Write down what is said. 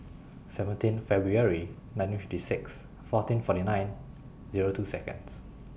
seventeen February nineteen fifty six fourteen forty nine Zero two Seconds